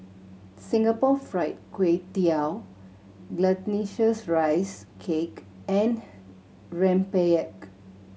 Singapore Fried Kway Tiao Glutinous Rice Cake and rempeyek